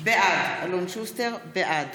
בעד